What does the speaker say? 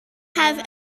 have